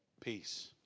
Peace